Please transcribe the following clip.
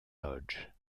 lodge